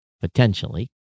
potentially